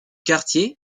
quartier